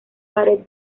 pared